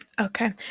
okay